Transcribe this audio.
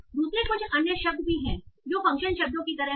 दूसरे कुछ अन्य शब्द भी हैं जो फ़ंक्शन शब्दों की तरह हैं